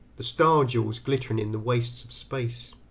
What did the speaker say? the star-jewels glittering in the wastes of space